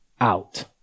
out